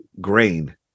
grain